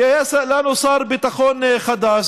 יהיה לנו שר ביטחון חדש,